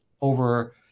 over